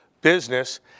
business